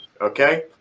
Okay